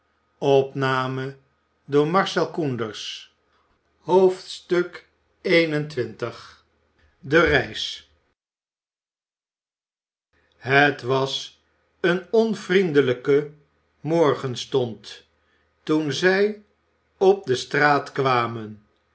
xxi db reis het was een onvriendelijke morgenstond toen zij op de straat kwamen